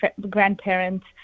grandparents